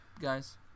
guys